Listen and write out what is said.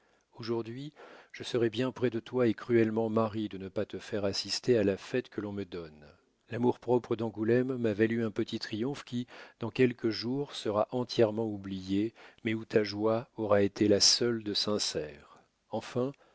aujourd'hui je serai bien près de toi et cruellement marri de ne pas te faire assister à la fête que l'on me donne l'amour-propre d'angoulême m'a valu un petit triomphe qui dans quelques jours sera entièrement oublié mais où ta joie aurait été la seule de sincère enfin